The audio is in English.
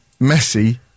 Messi